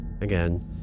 Again